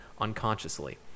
unconsciously